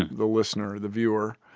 the listener or the viewer.